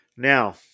Now